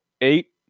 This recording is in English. eight